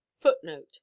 footnote